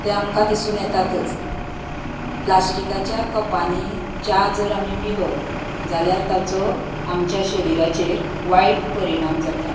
तें आमकां दिसून येतातच प्लास्टीकाच्या कपांनी च्या जर आमी पिलो जाल्यार ताचो आमच्या शरीराचेर वायट परिणाम जाता